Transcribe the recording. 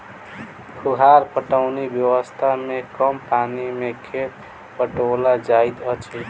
फुहार पटौनी व्यवस्था मे कम पानि मे खेत पटाओल जाइत अछि